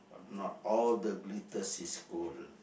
not all that glitters is gold